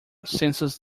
census